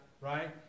right